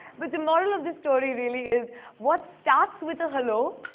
but the moral of the story, really, is what starts with a hello